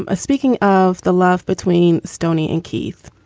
ah speaking of the love between stoney and keith,